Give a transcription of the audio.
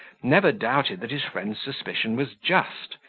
never doubted that his friend's suspicion was just,